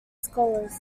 scholars